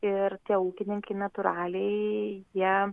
ir tie ūkininkai natūraliai jie